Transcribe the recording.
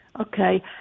Okay